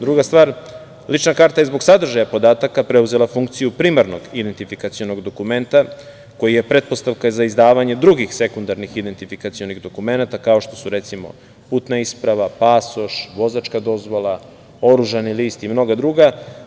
Druga stvar, lična karta zbog sadržaja podataka, preuzela funkciju primarnog identifikacionog dokumenta, koji je pretpostavka za izdavanje drugih sekundarnih identifikacionih dokumenata, kao što su putna isprava, pasoš, vozačka dozvola, oružani list, i mnoga druga.